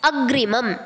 अग्रिमम्